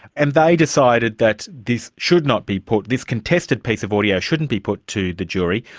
and they decided that this should not be put, this contested piece of audio shouldn't be put to the jury.